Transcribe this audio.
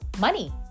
money